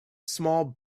small